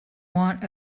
want